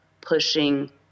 pushing